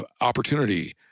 opportunity